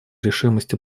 решимости